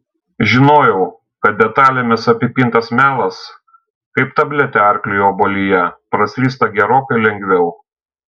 žinojau kad detalėmis apipintas melas kaip tabletė arkliui obuolyje praslysta gerokai lengviau